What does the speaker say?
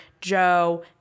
Joe